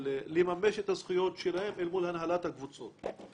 לממש את הזכויות שלהם אל מול הנהלת הקבוצה.